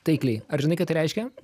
taikliai ar žinai ką tai reiškia